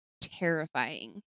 terrifying